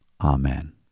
Amen